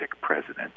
president